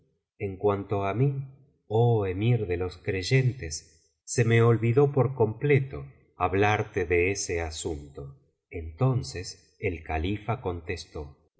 en cuanto á mí oh emir de los creyentes se me olvidó por completo hablarte de ese asunto entonces el califa contestó